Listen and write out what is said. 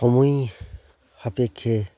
সময় সাপেক্ষে